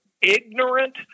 ignorant